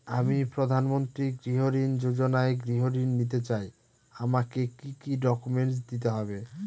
আমি প্রধানমন্ত্রী গৃহ ঋণ যোজনায় গৃহ ঋণ নিতে চাই আমাকে কি কি ডকুমেন্টস দিতে হবে?